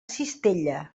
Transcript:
cistella